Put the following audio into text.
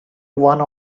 one